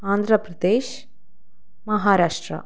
Andhra Pradesh Maharashtra